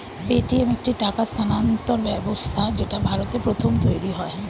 Paytm একটি টাকা স্থানান্তর ব্যবস্থা যেটা ভারতে প্রথম তৈরী হয়